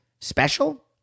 special